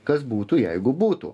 kas būtų jeigu būtų